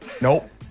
Nope